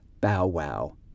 bow-wow